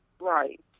right